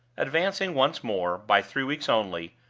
advancing once more, by three weeks only,